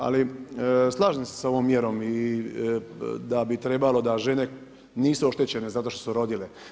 Ali slažem se sa ovom mjerom da bi trebalo da žene nisu oštećene zato što su rodile.